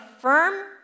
firm